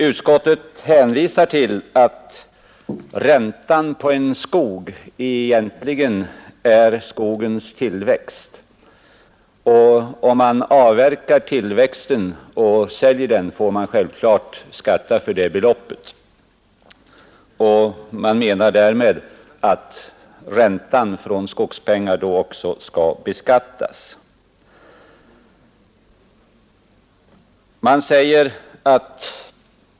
Utskottet hänvisar till att räntan på en skog egentligen är skogens tillväxt. Om man avverkar tillväxten och säljer den, får man självklart skatta för det beloppet. Man menar därför att också räntan på skogspengar skall beskattas.